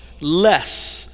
less